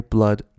Blood